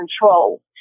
control